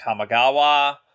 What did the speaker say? Kamigawa